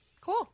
Cool